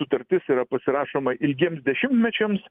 sutartis yra pasirašoma ilgiems dešimtmečiams